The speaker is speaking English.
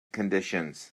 conditions